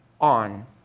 on